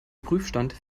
prüfstand